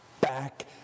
back